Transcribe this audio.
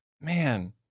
Man